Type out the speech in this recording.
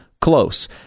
close